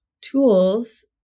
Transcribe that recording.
tools